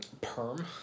Perm